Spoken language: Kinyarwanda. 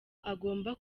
agomba